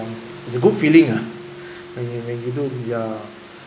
it's a good feeling ah when you when you do ya